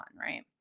right